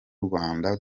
rwanda